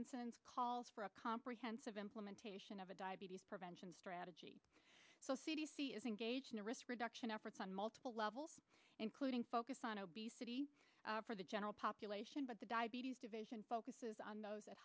incidence calls for a comprehensive implementation of a diabetes prevention strategy so c d c is engaged in a risk reduction efforts on multiple levels including focus on obesity for the general population but the bts division focuses on those